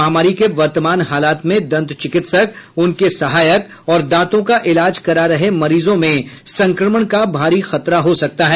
महामारी के वर्तमान हालात में दंत चिकित्सक उनके सहायक और दांतों का इलाज करा रहे मरीजों में संक्रमण का भारी खतरा हो सकता है